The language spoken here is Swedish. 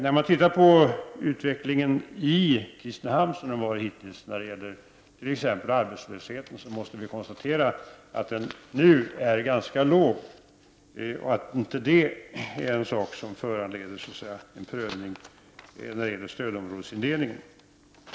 Om man ser på den utveckling som hittills varit i Kristinehamn när det t.ex. gäller arbetslösheten, kan vi konstatera att den nu är ganska låg och att den inte föranleder en omprövning av stödområdesindelning.